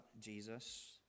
Jesus